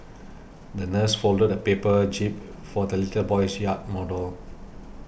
the nurse folded a paper jib for the little boy's yacht model